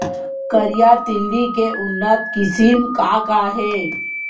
करिया तिलि के उन्नत किसिम का का हे?